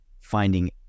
finding